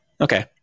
Okay